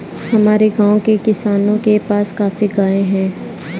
हमारे गाँव के किसानों के पास काफी गायें और भैंस है